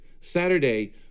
Saturday